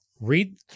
read